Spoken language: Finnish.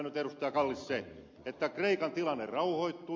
kallis se että kreikan tilanne rauhoittui